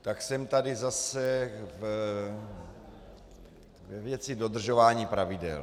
Tak jsem tady zase ve věci dodržování pravidel.